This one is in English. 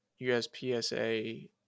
USPSA